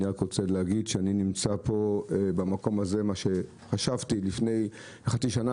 אני נמצא פה במקום הזה ומה שחשבתי לפני חצי שנה,